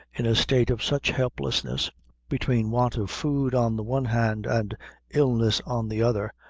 in a state of such helplessness between want of food on the one hand, and illness on the other,